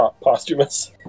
posthumous